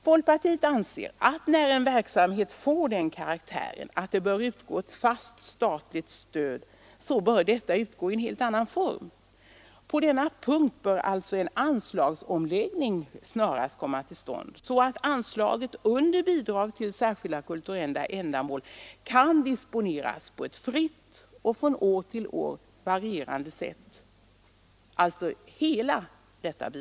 Folkpartiet anser att när en verksamhet får den karaktären att det utgår ett fast statligt stöd, bör detta utgå i en helt annan form. På denna punkt bör alltså en anslagsomläggning snarast komma till stånd så att hela anslaget under Bidrag till särskilda kulturella ändamål kan disponeras på ett fritt och från år till år varierande sätt.